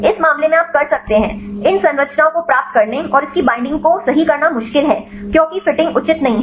इस मामले में आप कर सकते हैं इन संरचनाओं को प्राप्त करने और इसकी बैंडिंग को सही करना मुश्किल है क्योंकि फिटिंग उचित नहीं है